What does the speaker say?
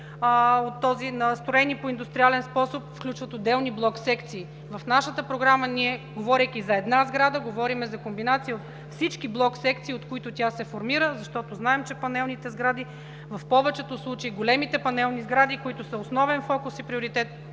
сгради, строени по индустриален способ, включват отделни блок-секции. В нашата Програма, говорейки за една сграда, говорим за комбинации от всички блок-секции, от които тя се формира. Знам, че панелните сгради, в повечето случаи в големите панелни сгради, които са основен фокус и приоритет